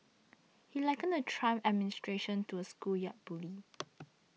he likened the Trump administration to a schoolyard bully